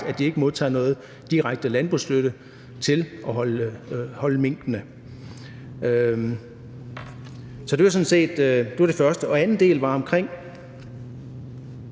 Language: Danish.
at de ikke modtager noget i direkte landbrugsstøtte til minkhold. Det var det første. Til anden del omkring ...